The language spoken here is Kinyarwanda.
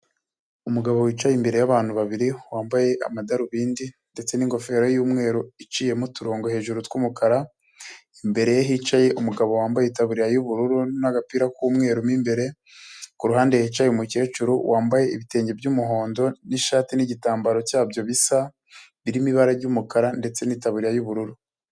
Umugabo wicaye imbere y'abantu babiri wambaye amadarubindi ndetse n'ingofero y'umweru iciyemo uturongo hejuru tw'umukara, imbere ye hicaye umugabo wambaye itaburiya y'ubururu n'agapira k'umweru mo imbere, ku ruhande hicaye umukecuru wambaye ibitwenge by'umuhondo n'ishati n'igitambaro cyabyo bisa birimo ibara ry'umukara ndetse n'itaburiya y'ubururu.